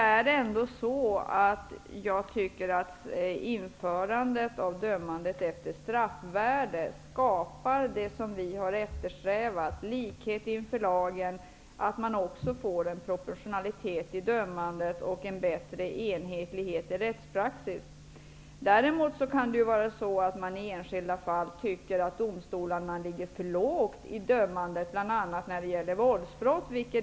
Fru talman! Införandet av dömande efter straffvärde skapar det som vi har eftersträvat: likhet inför lagen, proportionalitet i dömandet och en bättre enhetlighet i rättspraxis. I enskilda fall däremot kan det vara så att man tycker att domstolarna ligger för lågt i dömandet, bl.a. när det gäller våldsbrott.